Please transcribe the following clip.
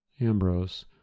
Ambrose